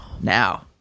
Now